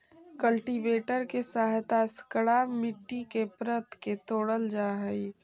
cultivator के सहायता से कड़ा मट्टी के परत के तोड़ल जा हई